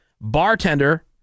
Bartender